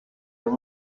room